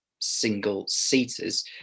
single-seaters